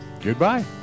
Goodbye